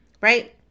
right